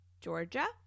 Georgia